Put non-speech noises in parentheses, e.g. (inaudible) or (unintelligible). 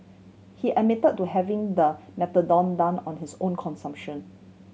he admitted to having the (unintelligible) on his own consumption